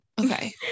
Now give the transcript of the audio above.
Okay